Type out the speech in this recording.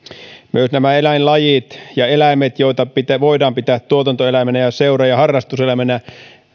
myös nämä eläinlajit ja eläimet joita voidaan pitää tuotantoeläiminä ja seura ja harrastuseläiminä